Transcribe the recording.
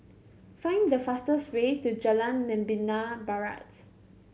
find the fastest way to Jalan Membina Barat